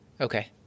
Okay